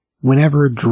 whenever